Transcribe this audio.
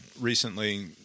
recently